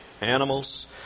animals